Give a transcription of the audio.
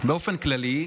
באופן כללי,